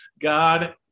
God